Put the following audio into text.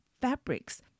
fabrics